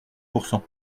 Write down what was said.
pourcent